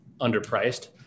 underpriced